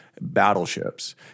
battleships